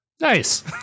Nice